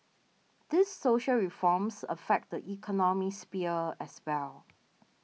these social reforms affect the economic sphere as well